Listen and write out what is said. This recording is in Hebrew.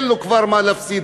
אין לו כבר מה להפסיד.